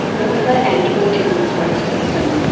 author and autism spokesperson.